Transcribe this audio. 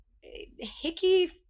hickey